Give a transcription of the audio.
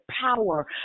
power